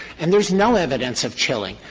and there is no evidence of chilling.